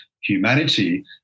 humanity